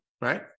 right